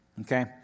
Okay